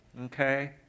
okay